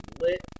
lit